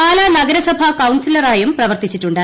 പാലാ നഗരസഭ കൌൺസിലറായും പ്രവർത്തിച്ചിട്ടുണ്ട്